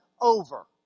over